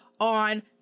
on